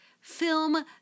film